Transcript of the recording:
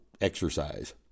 exercise